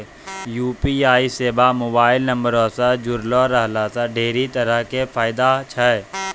UPI सेबा mobile नंबरो से जुड़लो रहला से ढेरी तरहो के फायदा छै